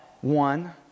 one